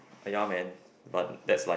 ah ya man but that's like